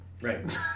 Right